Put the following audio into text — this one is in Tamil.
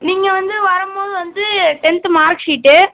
நீங்கள் வந்து வரம்போது வந்து டென்த்து மார்க் ஷீட்டு